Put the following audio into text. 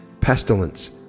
pestilence